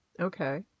Okay